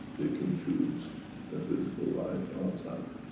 they can choose their physical life outside.